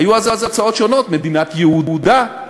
היו אז הצעות שונות, מדינת יהודה,